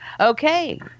okay